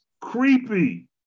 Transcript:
creepy